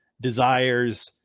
Desires